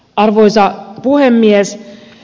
arvoisa puhemies